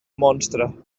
monstre